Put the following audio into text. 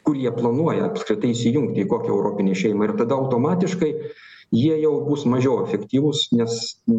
kur jie planuoja apskritai įsijungti į kokią europinę šeimą ir tada automatiškai jie jau bus mažiau efektyvūs nes negalės veikti